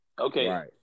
Okay